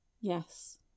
Yes